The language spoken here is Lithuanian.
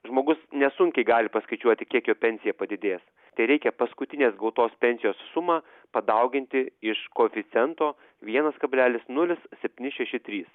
žmogus nesunkiai gali paskaičiuoti kiek jo pensija padidės tereikia paskutinės gautos pensijos sumą padauginti iš koeficiento vienas kablelis nulis septyni šeši trys